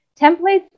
templates